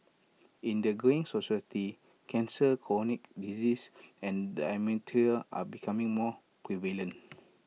in the greying society cancer chronic disease and dementia are becoming more prevalent